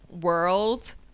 world